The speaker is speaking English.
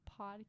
podcast